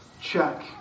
check